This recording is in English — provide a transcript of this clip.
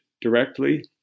directly